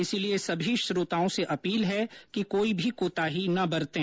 इसलिए सभी श्रोताओं से अपील है कि कोई भी कोताही न बरतें